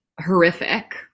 horrific